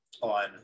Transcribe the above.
on